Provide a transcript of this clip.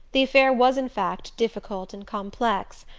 the affair was in fact difficult and complex,